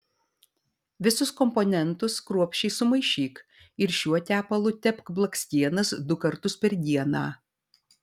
visus komponentus kruopščiai sumaišyk ir šiuo tepalu tepk blakstienas du kartus per dieną